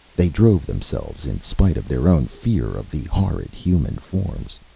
they drove themselves in spite of their own fear of the horrid human forms.